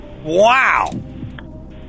Wow